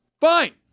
Fine